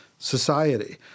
society